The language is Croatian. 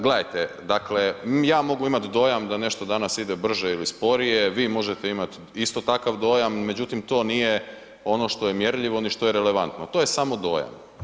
Gledajte, dakle, ja mogu imati dojam da nešto danas ide brže ili sporije, vi možete imati isto takav dojam, međutim, to nije ono što je mjerljivo ni što je relevantno, to je samo dojam.